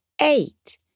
eight